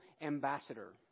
ambassador